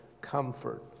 comfort